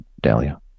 dahlia